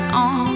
on